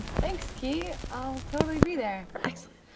thanks, ki. i'll totally be there. excellent.